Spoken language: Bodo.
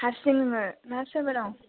हारसिं नोङो ना सोरबा दं